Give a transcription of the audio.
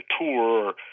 tour